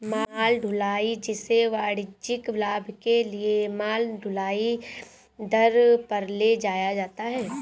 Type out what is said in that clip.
माल ढुलाई, जिसे वाणिज्यिक लाभ के लिए माल ढुलाई दर पर ले जाया जाता है